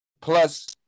plus